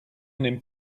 nimmt